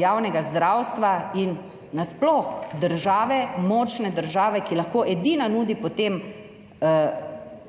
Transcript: javnega zdravstva in nasploh močne države, ki lahko edina nudi potem